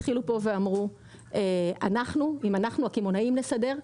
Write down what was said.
התחילו פה ואמרו אם אנחנו הקמעונאים נסדר,